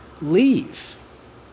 leave